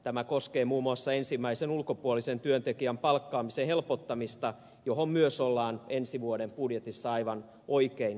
tämä koskee muun muassa ensimmäisen ulkopuolisen työntekijän palkkaamisen helpottamista johon myös ollaan ensi vuoden budjetissa aivan oikein